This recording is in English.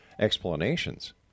explanations